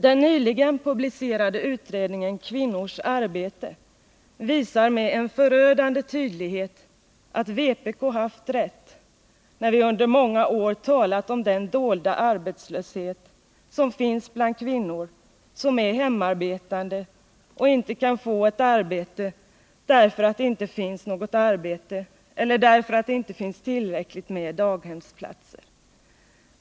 Den nyligen publicerade utredningen ”Kvinnors arbete” visar med en förödande tydlighet att vpk haft rätt, när vi under många år talat om den dolda arbetslösheten bland kvinnor, som är hemarbetande och inte kan få ett arbete därför att det inte finns något arbete eller därför att det inte finns tillräckligt med daghemsplatser.